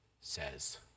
says